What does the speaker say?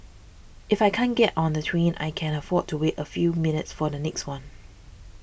if I can't get on the train I can afford to wait a few minutes for the next one